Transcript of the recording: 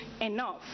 enough